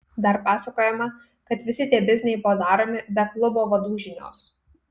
dar pasakojama kad visi tie bizniai buvo daromi be klubo vadų žinios